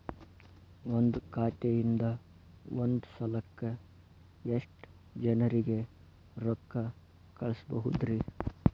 ಒಂದ್ ಖಾತೆಯಿಂದ, ಒಂದ್ ಸಲಕ್ಕ ಎಷ್ಟ ಜನರಿಗೆ ರೊಕ್ಕ ಕಳಸಬಹುದ್ರಿ?